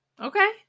Okay